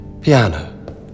Piano